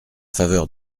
faveur